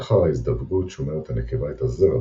לאחר ההזדווגות שומרת הנקבה את הזרע